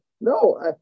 no